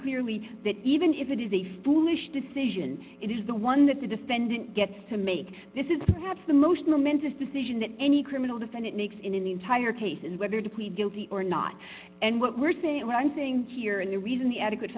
clearly that even if it is a foolish decision it is the one that the defendant gets to make this is perhaps the most momentous decision that any criminal defendant makes in the entire case is whether to plead guilty or not and what we're saying what i'm saying here and the reason the adequate